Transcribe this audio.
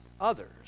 others